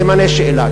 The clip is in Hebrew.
סימני שאלה.